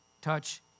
touch